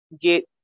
get